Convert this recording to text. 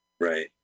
Right